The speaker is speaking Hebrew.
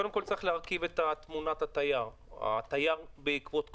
קודם כל צריך להרכיב את תמונת התייר בעקבות הקורונה.